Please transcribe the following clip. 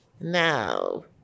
now